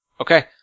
Okay